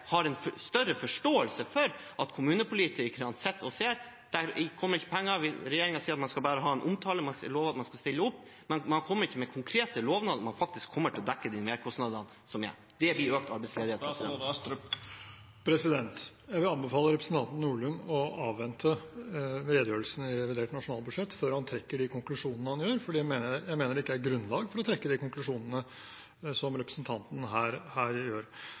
har større forståelse for at kommunepolitikerne sitter og ser på at det ikke kommer penger. Regjeringen sier at man skal bare ha en omtale, man lover at man skal stille opp, men man kommer ikke med konkrete lovnader om at man faktisk kommer til å dekke de merkostnadene som er. Det vil gi økt arbeidsledighet. Jeg vil anbefale representanten Nordlund å avvente redegjørelsen i revidert nasjonalbudsjett før han trekker de konklusjonene han gjør, for jeg mener det ikke er grunnlag for de konklusjonene som representanten her